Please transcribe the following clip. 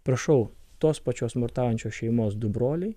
prašau tos pačios smurtaujančios šeimos du broliai